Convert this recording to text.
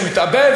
שהוא התאבד,